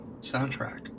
soundtrack